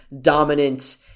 dominant